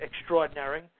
extraordinary